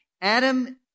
Adam